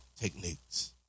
techniques